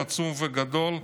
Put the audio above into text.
עצום וגדול,